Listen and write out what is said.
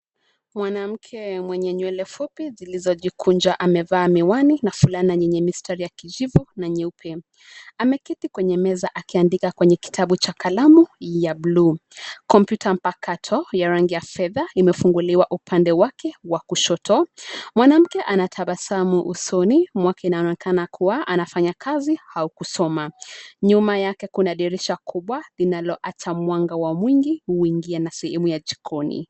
Mwanamke mwenye nywele fupi zilizojikunja, amevaa miwani na fulana yenye mistari ya kijivu na nyeupe. Ameketi kwenye meza akiandika kwenye kitabu cha kalamu ya buluu. Kompyuta mpakato ya rangi ya fedha imefunguliwa upande wake wa kushoto. Mwanamke anatabasamu usoni mwake, anaonekana kuwa anafanya kazi au kusoma. Nyuma yake kuna dirisha kubwa linaloacha mwanga wa mwingi uingie na sehemu ya jikoni.